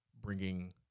bringing